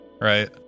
right